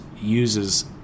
uses